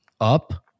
Up